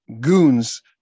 goons